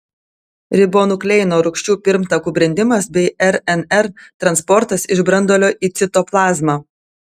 ribonukleino rūgščių pirmtakų brendimas bei rnr transportas iš branduolio į citoplazmą